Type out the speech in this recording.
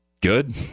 good